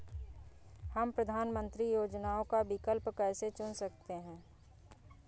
हम प्रधानमंत्री योजनाओं का विकल्प कैसे चुन सकते हैं?